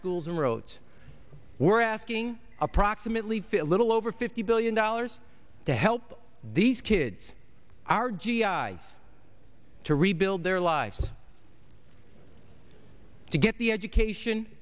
schools and wrote we're asking approximately fit little over fifty billion dollars to help these kids are g i to rebuild their lives to get the education